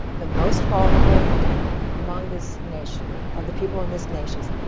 the most vulnerable among this nation, of the people in this nation.